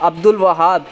Abdul Wahab